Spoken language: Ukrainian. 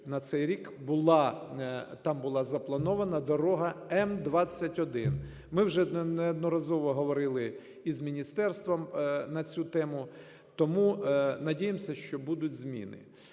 на цей рік була, там була запланована дорога М 21. Ми вже неодноразово говорили із міністерством на цю тему. Тому надіємося, що будуть зміни.